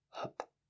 up